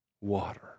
water